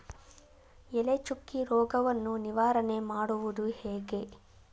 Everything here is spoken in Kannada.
ಎಲೆ ಚುಕ್ಕಿ ರೋಗವನ್ನು ನಿವಾರಣೆ ಮಾಡುವುದು ಹೇಗೆ?